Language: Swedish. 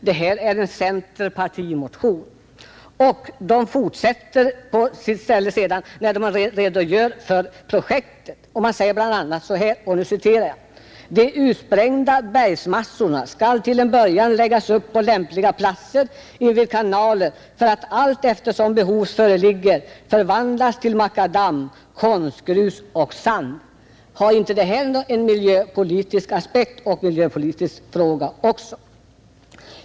Det är en centerpartimotion. Motionärerna fortsätter sedan när de redogör för projektet: ”De utsprängda bergsmassorna skall till en början läggas upp på lämpliga platser invid kanalen för att allteftersom behov föreligger förvandlas till makadam, konstgrus och sand.” Är inte detta en miljöfråga också?